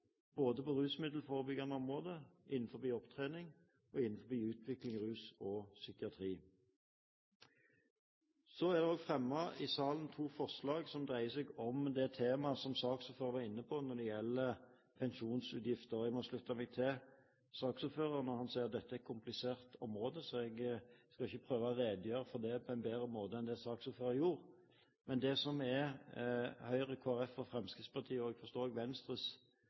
både på rusmiddelforebyggende områder, innen opptrening og utviklingstiltak innen rus og psykiatri. Så er det i salen fremmet to forslag som dreier seg om det temaet som saksordføreren er inne på når det gjelder pensjonsutgifter. Og jeg må slutte meg til saksordføreren når han sier at dette er et komplisert område, så jeg skal ikke prøve å redegjøre for det på en bedre måte enn det saksordføreren gjorde. Men det som er Høyre, Kristelig Folkeparti og Fremskrittspartiets, og etter det jeg forstår, også Venstres,